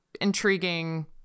intriguing